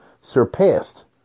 surpassed